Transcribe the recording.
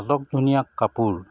অলপ ধুনীয়া কাপোৰ